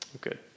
Good